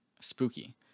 spooky